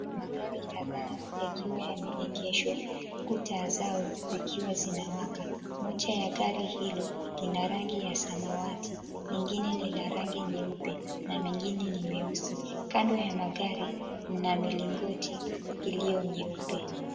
Magari kadhaa yakiwa yameegeshwa, huku taa zao zikiwa zinawaka. Moja ya gari hilo lina rangi ya samawati, lengine ni la rangi nyeupe, na mengine ni meusi. Kando ya magari mna mlingoti iliyo nyeupe.